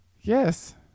Yes